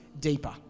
deeper